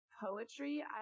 poetry